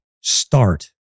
start